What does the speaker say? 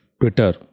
Twitter